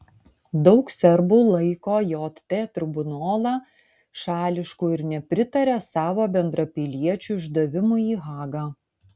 daug serbų laiko jt tribunolą šališku ir nepritaria savo bendrapiliečių išdavimui į hagą